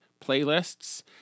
playlists